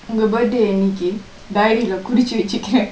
உங்க:ungka birthday என்னைக்கி:ennaki diary குருச்சு வச்சுக்கிறேன்:kuruchu vachukiren